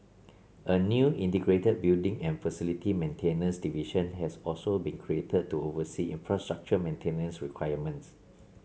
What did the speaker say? a new integrated building and facility maintenance division has also be created to oversee infrastructure maintenance requirements